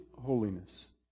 holiness